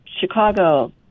Chicago